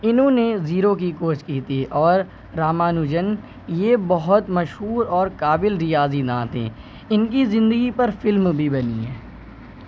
انہوں نے زیرو کی کھوج کی تھی اور راما نوجن یہ بہت مشہور اور قابل ریاضی داں تھے ان کی زندگی پر فلم بھی بنی ہے